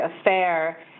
Affair